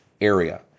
area